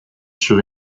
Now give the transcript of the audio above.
sur